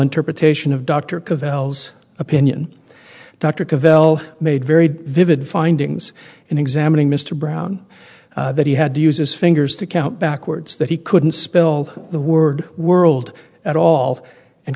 interpretation of dr cavell zx opinion dr cavell made very vivid findings in examining mr brown that he had to use his fingers to count backwards that he couldn't spell the word world at all and